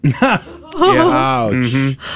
Ouch